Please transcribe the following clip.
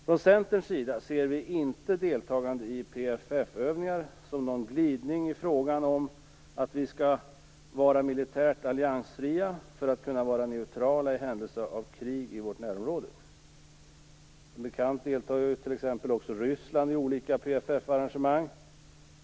Från Centerns sida ser vi inte ett deltagande i PFF övningar som någon glidning i vår militära alliansfrihet, som syftar till att vi skall kunna vara neutrala i händelse av krig i vårt närområde. Som bekant deltar också Ryssland i olika PFF-arrangemang.